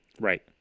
Right